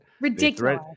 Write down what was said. Ridiculous